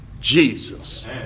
Jesus